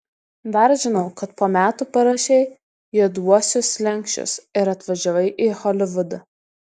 dar žinau kad po metų parašei juoduosius slenksčius ir atvažiavai į holivudą